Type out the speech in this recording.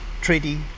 treaty